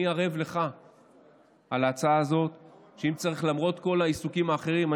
אני ערב לך על ההצעה הזאת שלמרות כל העיסוקים האחרים,